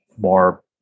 more